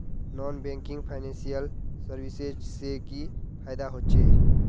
Non banking financial services से की फायदा होचे?